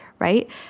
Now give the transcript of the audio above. right